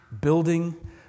building